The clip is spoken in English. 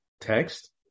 text